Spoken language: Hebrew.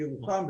בירוחם,